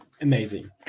Amazing